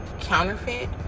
counterfeit